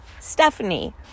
Stephanie